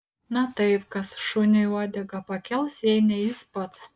na taip kas šuniui uodegą pakels jei ne jis pats